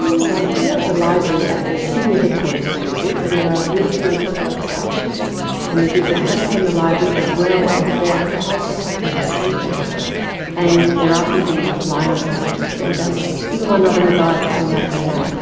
so i'm here at the library at the sydney headquarters of google and there are beautiful coloured couches and there's even a hammock in the library as well as a very high tech looking sleeping pod and there are people lying on the couches and um even one rubbing his eyes coming out of a nap.